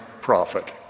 prophet